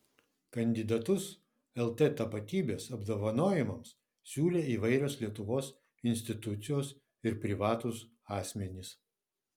kandidatus lt tapatybės apdovanojimams siūlė įvairios lietuvos institucijos ir privatūs asmenys